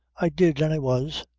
i did, and i was.